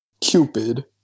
Cupid